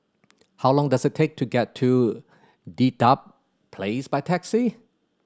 how long does it take to get to Dedap Place by taxi